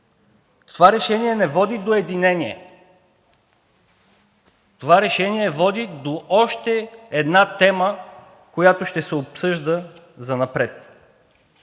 това решение на води до единение, а това решение води до още една тема, която ще се обсъжда занапред.